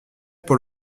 pour